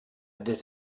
did